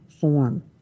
form